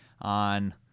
on